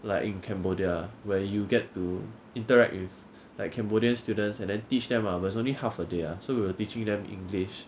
like in cambodia where you get to interact with like cambodian students and then teach them lah but it's only half a day ah so we were teaching them english